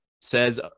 says